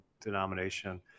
denomination